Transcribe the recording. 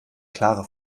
klare